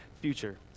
future